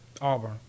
Auburn